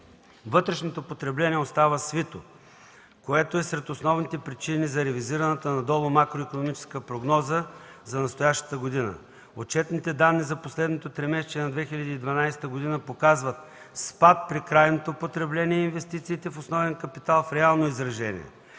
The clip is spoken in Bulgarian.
Вътрешното потребление остава свито, което е сред основните причини за ревизираната надолу макроикономическа прогноза за настоящата година. Отчетните данни за последното тримесечие на 2012 г. показват спад при крайното потребление и инвестициите в основен капитал в реално изражение,